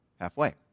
halfway